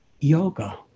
yoga